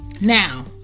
now